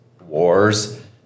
wars